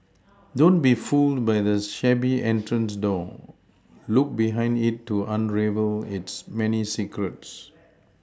don't be fooled by the shabby entrance door look behind it to unravel its many secrets